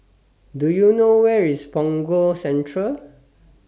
Do YOU know Where IS Punggol Central